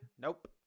Nope